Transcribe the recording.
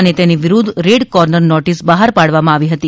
અને તેની વિરૂધ્ધ રેડ કોર્નર નોટિસ બહાર પાડવામાં આવી હતી